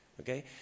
Okay